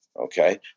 okay